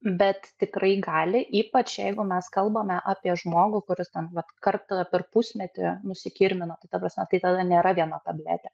bet tikrai gali ypač jeigu mes kalbame apie žmogų kuris ten vat kartą per pusmetį nusikirmina tai ta prasme tai tada nėra viena tabletė